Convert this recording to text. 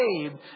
saved